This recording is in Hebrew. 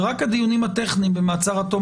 ורק הדיונים הטכניים במעצר עד תום